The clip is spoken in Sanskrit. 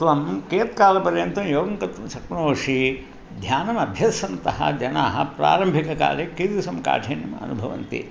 त्वं कियत्कालपर्यन्तं योगं कर्तुं शक्नोषि ध्यानमभ्यसन्तः जनाः प्रारम्भिककाले कीदृशं काठिन्यम् अनुभवन्ति